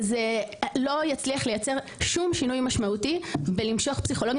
זה לא יצליח לייצר שום שינוי משמעותי בלמשוך פסיכולוגים